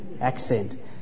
accent